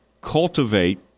cultivate